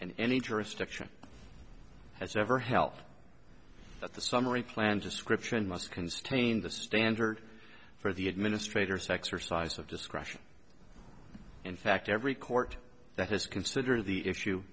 and any jurisdiction has ever helped that the summary plan description must constrain the standard for the administrators exercise of discretion in fact every court that has considered the issue